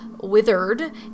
withered